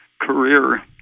career